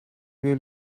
will